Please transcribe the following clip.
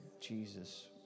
Jesus